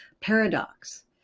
paradox